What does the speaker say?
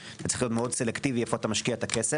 צריך להיות סלקטיבי מאוד היכן אתה משקיע את הכסף.